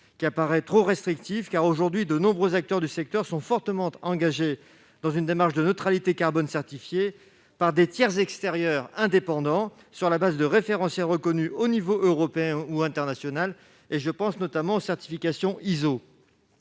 qui apparaît trop restrictive, car, aujourd'hui, de nombreux acteurs du secteur sont fortement engagés dans une démarche de neutralité carbone certifiée par des tiers extérieurs indépendants, sur la base de référentiels reconnus au niveau européen ou international. Je pense notamment aux certifications ISO.